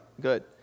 good